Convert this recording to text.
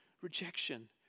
Rejection